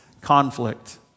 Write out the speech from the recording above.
conflict